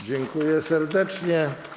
Dziękuję serdecznie.